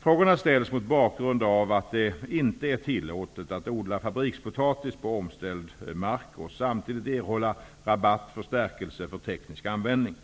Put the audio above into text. Frågorna ställs mot bakgrund av att det inte är tillåtet att odla fabrikspotatis på omställd mark och samtidigt erhålla rabatt för stärkelse för teknisk användning.